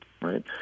right